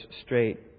straight